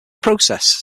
process